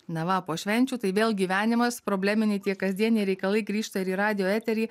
na va po švenčių tai vėl gyvenimas probleminiai tie kasdieniai reikalai grįžta ir į radijo eterį